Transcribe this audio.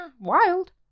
wild